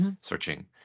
searching